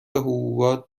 حبوبات